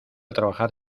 trabajar